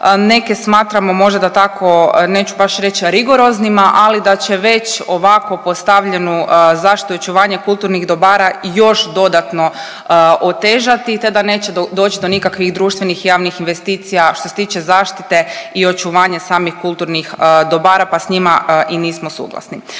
Neke smatramo možda tako neću baš reći rigoroznima ali da će već ovako postavljenu zaštitu i očuvanje kulturnih dobara još dodatno otežati te da neće doći do nikakvih društvenih i javnih investicija što se tiče zaštite i očuvanje samih kulturnih dobara pa s njima i nismo suglasni.